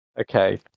Okay